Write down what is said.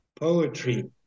poetry